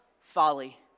folly